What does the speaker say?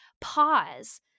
pause